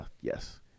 yes